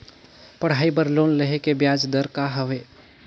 पढ़ाई बर लोन लेहे के ब्याज दर का हवे?